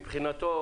מבחינתו,